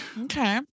okay